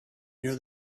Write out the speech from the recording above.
near